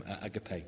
Agape